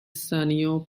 shinano